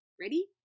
Ready